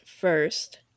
first